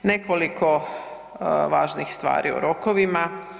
Nekoliko važnih stvari o rokovima.